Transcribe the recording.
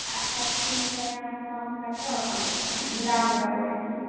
अच्छा ठीक हय अहाँ कम करिऔ हम दाम लगबैत छी